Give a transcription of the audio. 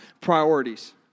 priorities